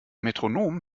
metronom